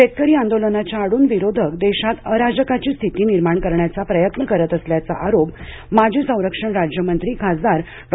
शेतकरी आंदोलनाच्या आडून विरोधक देशात अराजकाची स्थिती निर्माण करण्याचा प्रयत्न करीत असल्याचा आरोप माजी संरक्षण राज्यमंत्री खासदार डॉ